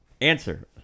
Answer